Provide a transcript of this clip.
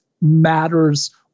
matters